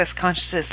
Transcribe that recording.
Consciousness